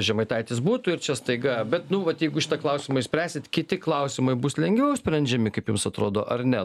žemaitaitis būtų ir čia staiga bet nu vat jeigu šitą klausimą išspręsit kiti klausimai bus lengviau išsprendžiami kaip jums atrodo ar ne